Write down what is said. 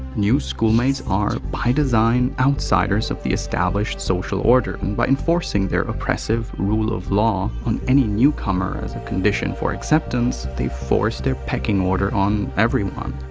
new schoolmates are, by design, outsiders of the established social order and by enforcing their oppressive rule of law on any newcomer as a condition for acceptance, they force their pecking order on everyone.